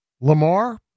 Lamar